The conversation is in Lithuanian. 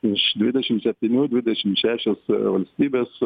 iš dvidešimt septynių dvidešimt šešios valstybės